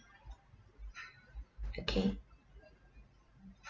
okay